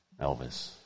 Elvis